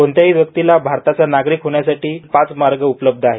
कोणत्याही व्यक्तीला भारताचा नागरिक होण्यासाठी हे पाच मार्ग आहेत